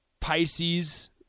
Pisces